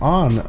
on